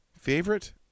Favorite